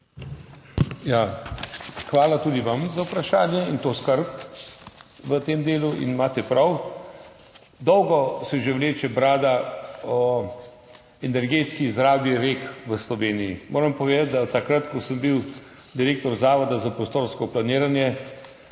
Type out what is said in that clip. Hvala tudi vam za vprašanje in to skrb v tem delu. Imate prav. Dolgo se že vleče brada o energetski izrabi rek v Sloveniji. Moram povedati, da takrat, ko sem bil direktor Zavoda za prostorsko planiranje,